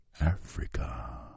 Africa